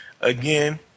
again